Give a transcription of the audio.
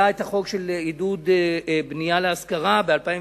היה החוק לעידוד בנייה להשכרה ב-2006,